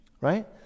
right